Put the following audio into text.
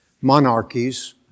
Monarchies